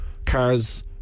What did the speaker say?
Cars